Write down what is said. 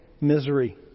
misery